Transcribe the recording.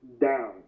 down